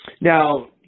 Now